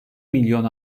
milyon